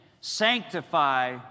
Sanctify